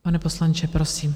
Pane poslanče, prosím.